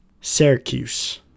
Syracuse